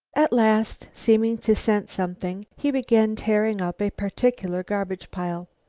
at last, seeming to scent something, he began tearing up a particular garbage pile.